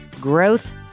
growth